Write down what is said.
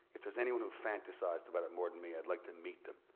if there's anyone who fantasized about it more than me, i'd like to and meet them.